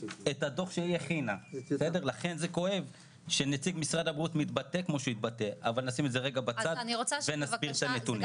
ברגע שהמחלקות הפנימיות היו מבינות או היו חושבות שחתימה על